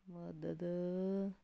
ਮਦਦ